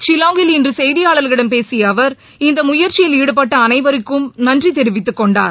ஷில்லாங்கில் இன்று செய்தியாளர்களிடம் பேசிய அவர் இந்த முயற்சியில் ஈடுபட்ட அனைவருக்கும் நன்றி தெரிவித்துக் கொண்டார்